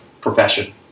profession